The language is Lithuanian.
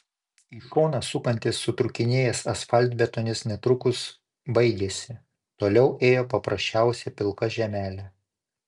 į šoną sukantis sutrūkinėjęs asfaltbetonis netrukus baigėsi toliau ėjo paprasčiausia pilka žemelė